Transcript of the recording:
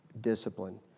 discipline